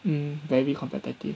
mm very competitive